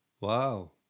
Wow